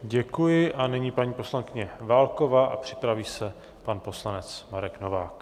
Děkuji, nyní paní poslankyně Válková a připraví se pan poslanec Marek Novák.